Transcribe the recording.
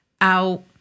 out